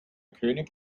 könig